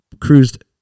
cruised